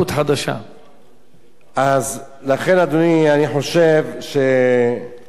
לכן, אדוני, אני חושב שהחוק הזה מאוד חשוב,